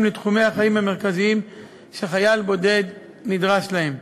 לתחומי החיים המרכזיים שחייל בודד נדרש להם.